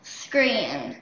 screen